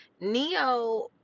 Neo